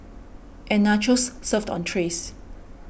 and Nachos served on trays